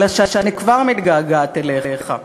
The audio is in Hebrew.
אלא שאני כבר מתגעגעת אליך.